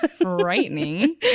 frightening